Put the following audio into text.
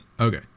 Okay